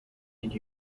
did